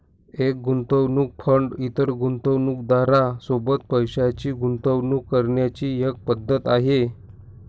एक गुंतवणूक फंड इतर गुंतवणूकदारां सोबत पैशाची गुंतवणूक करण्याची एक पद्धत आहे